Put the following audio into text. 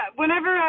whenever